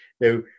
Now